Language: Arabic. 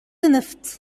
نفط